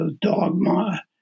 dogma